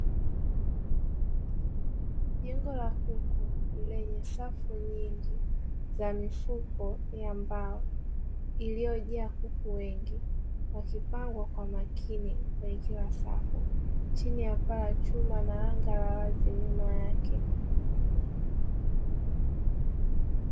Jengo la kuku lenye safu nyingi za mifuko ya mbao iliyojaa kuku wengi wakipangwa kwa makini; kwenye kila safu chini ya paa la chuma na anga la wazi nyuma yake.